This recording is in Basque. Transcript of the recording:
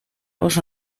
oso